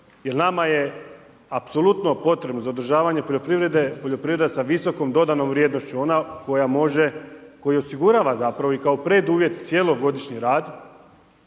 jer nama je apsolutno potrebno, za održavanje poljoprivrede, poljoprivreda sa visokom dodanom vrijednošću, ona koja može, koja osigurava zapravo i kao preduvjet cijelo godišnji rad,